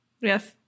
Yes